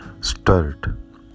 stirred